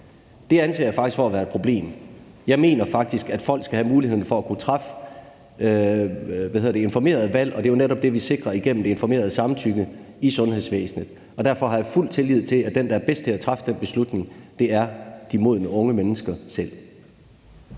Det anser jeg faktisk for at være et problem. Jeg mener faktisk, at folk skal have mulighed for at kunne træffe deres egne valg, og det er jo netop det, vi sikrer igennem det informerede samtykke i sundhedsvæsenet. Derfor har jeg fuld tillid til, at dem, der er bedst til at træffe den beslutning, er de modne unge mennesker selv.